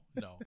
no